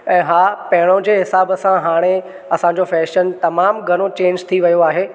ऐं हा पहिरियों जे हिसाब सां हाणे असांजो फैशन तमामु घणो चेंज थी वियो आहे